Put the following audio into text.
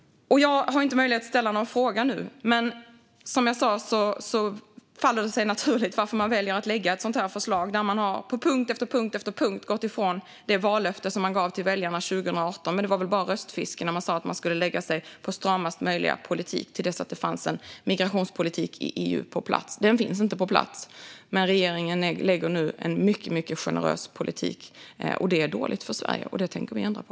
Jag har inte möjlighet att ställa någon fråga till Morgan Johansson nu, men som jag sa faller det sig naturligt att man väljer att lägga fram ett sådant här förslag där man på punkt efter punkt har gått ifrån det vallöfte man gav väljarna 2018. Men det var väl bara röstfiske när man sa att man skulle ha stramast möjliga politik till dess att det fanns en migrationspolitik på plats i EU. Den finns inte på plats, men regeringen lägger nu fram en mycket generös politik. Det är dåligt för Sverige, och det tänker vi ändra på.